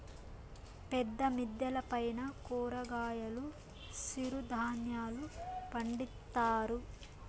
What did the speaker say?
పెద్ద మిద్దెల పైన కూరగాయలు సిరుధాన్యాలు పండిత్తారు